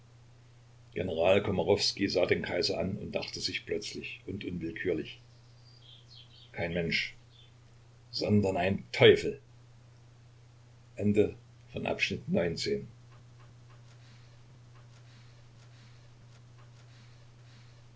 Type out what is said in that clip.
general komarowskij sah den kaiser an und dachte sich plötzlich und unwillkürlich kein mensch sondern ein teufel